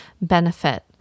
benefit